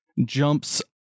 jumps